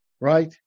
right